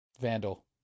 Vandal